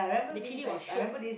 the chilli was shiok